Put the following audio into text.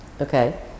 Okay